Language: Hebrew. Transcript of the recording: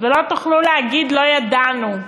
ולא תוכלו להגיד: לא ידענו,